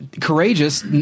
courageous